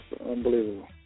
unbelievable